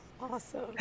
awesome